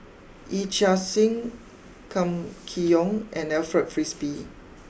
Yee Chia Hsing Kam Kee Yong and Alfred Frisby